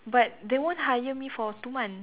but they won't hire me for two months